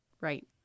Right